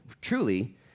truly